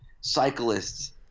cyclists